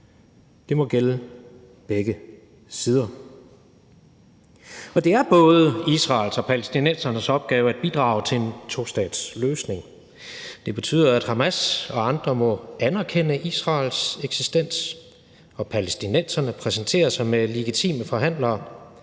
Det må gælde begge sider, og det er både Israels og palæstinensernes opgave at bidrage til en tostatsløsning. Det betyder, at Hamas og andre må anerkende Israels eksistens, at palæstinenserne må præsentere sig med legitime forhandlere